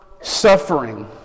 suffering